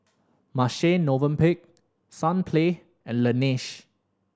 Marche Movenpick Sunplay and Laneige